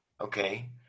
okay